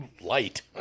light